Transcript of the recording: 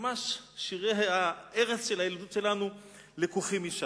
ממש שירי הערש של הילדות שלנו לקוחים משם.